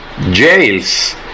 jails